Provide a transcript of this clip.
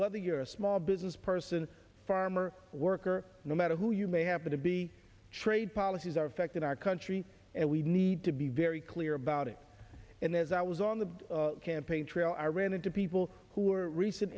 whether you're a small business person farmer worker no matter who you may happen to be trade policies are affected our country and we need to be very clear about it and as i was on the campaign trail i ran into people who are recent